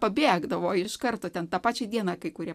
pabėgdavo iš karto ten tą pačią dieną kai kurie